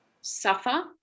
suffer